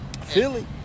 Philly